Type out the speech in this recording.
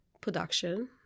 production